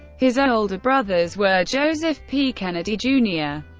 his older brothers were joseph p. kennedy jr.